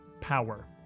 power